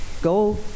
go